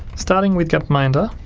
starting with gapminder,